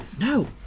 no